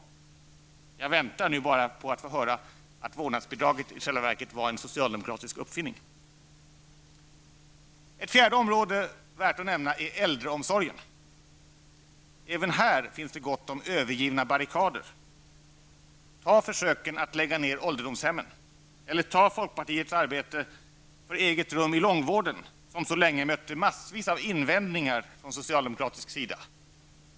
Jag väntar bara på att få höra att vårdnadsbidraget i själva verket var en socialdemokratisk uppfinning. Ett fjärde område värt att nämna är äldreomsorgen. Även här finns det gott om övergivna barrikader. Ta försöken att lägga ned åldersdomshemmen! Eller ta folkpartiets arbete för eget rum i långvården, som så länge mötte massor med invändningar från socialdemokratisk sida!